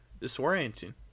Disorienting